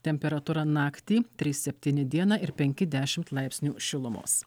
temperatūra naktį trys septyni dieną ir penki dešimt laipsnių šilumos